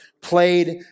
played